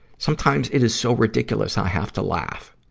sometimes it is so ridiculous i have to laugh.